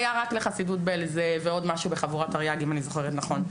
היה רק לחסידות בעלז ועוד משהו לחבורת תרי"ג אם אני זוכרת נכון.